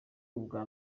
ubwa